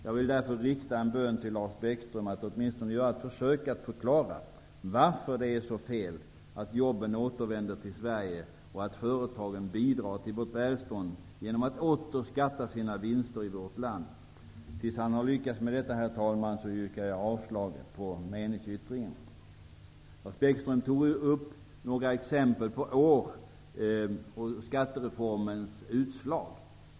Jag vill därför rikta en bön till Lars Bäckström: Gör åtminstone ett försök att förklara varför det är så fel att jobben återvänder till Sverige och att företagen bidrar till vårt välstånd genom att åter skatta för sina vinster i vårt land! I avvaktan på att Lars Bäckström har lyckats förklara detta yrkar jag avslag på meningsyttringen. Lars Bäckström anförde några exempel. Han nämnde vissa år och talade om skattereformens utslag.